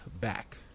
back